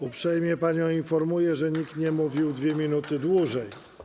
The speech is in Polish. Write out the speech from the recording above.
Uprzejmie panią informuję, że nikt nie mówił 2 minuty dłużej.